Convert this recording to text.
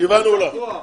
הישיבה נעולה.